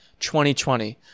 2020